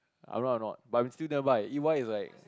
I'm not not but I'm still nearby E_Y is like